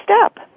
step